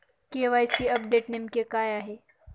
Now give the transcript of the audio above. KYC update नेमके काय आहे?